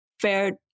fair